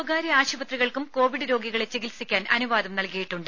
സ്വകാര്യ ആശുപത്രികൾക്കും കോവിഡ് രോഗികളെ ചികിത്സിക്കാൻ അനുവാദം നൽകിയിട്ടുണ്ട്